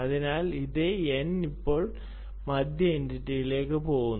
അതിനാൽ അതേ n ഇപ്പോൾ ഈ മധ്യ എന്റിറ്റിയിലൂടെ പോകുന്നു